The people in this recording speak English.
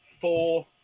four